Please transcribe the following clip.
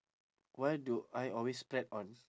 why do I always splat on